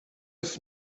have